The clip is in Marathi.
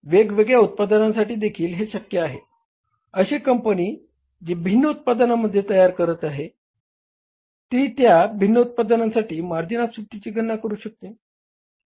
वेगवेगळ्या उत्पादनांसाठी देखील हे शक्य आहे अशी कंपनी जी भिन्न उत्पादने तयार करीत आहे ती त्या भिन्न उत्पादनांसाठी मार्जिन ऑफ सेफ्टीची गणना करू शकते